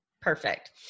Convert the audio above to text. Perfect